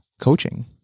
Coaching